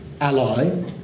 ally